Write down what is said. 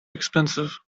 expensive